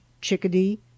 chickadee